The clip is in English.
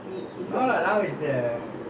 who's your teacher what's your teacher's name that time